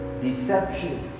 Deception